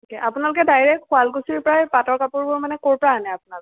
কি আপোনালোকে ডাইৰেক্ট শুৱালকুছিৰ পৰাই পাটৰ কাপোৰবোৰ মানে ক'ৰ পৰা আনে আপোনালোকে